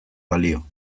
balio